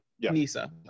NISA